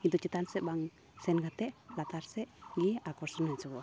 ᱠᱤᱱᱛᱩ ᱪᱮᱛᱟᱱ ᱥᱮᱫ ᱵᱟᱝ ᱥᱮᱱ ᱠᱟᱛᱮ ᱞᱟᱛᱟᱨ ᱥᱮᱡ ᱜᱮ ᱟᱠᱚᱨᱥᱚᱱ ᱦᱤᱡᱩᱜᱼᱟ